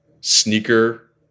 sneaker